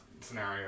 scenario